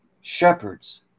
shepherds